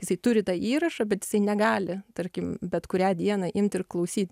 jisai turi tą įrašą bet negali tarkim bet kurią dieną imti ir klausyt